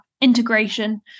integration